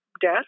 death